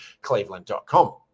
cleveland.com